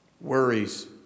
worries